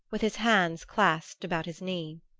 with his hands clasped about his knee.